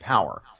power